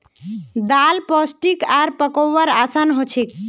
दाल पोष्टिक आर पकव्वार असान हछेक